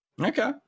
Okay